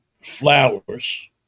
flowers